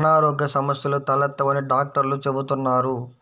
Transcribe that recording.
అనారోగ్య సమస్యలు తలెత్తవని డాక్టర్లు చెబుతున్నారు